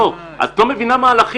לא, את לא מבינה מהלכים.